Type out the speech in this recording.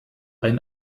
ein